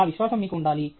ఆ విశ్వాసం మీకు ఉండాలి